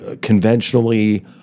conventionally